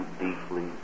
deeply